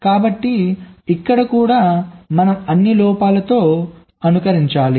కాబట్టి ఇక్కడ కూడా మనం అన్ని లోపాలతో అనుకరించాలి